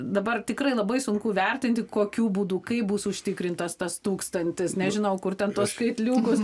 dabar tikrai labai sunku vertinti kokiu būdu kaip bus užtikrintas tas tūkstantis nežinau kur ten tuos skaitliukus